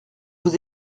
vous